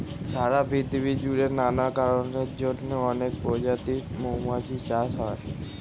সারা পৃথিবী জুড়ে নানা কারণের জন্যে অনেক প্রজাতির মৌমাছি চাষ হয়